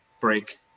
break